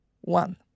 One